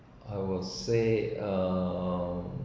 I will say err